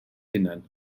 hunain